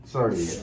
Sorry